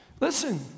Listen